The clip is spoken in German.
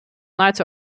nahezu